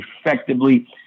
effectively